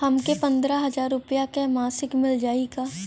हमके पन्द्रह हजार रूपया क मासिक मिल जाई का?